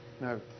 No